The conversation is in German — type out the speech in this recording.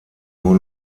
nur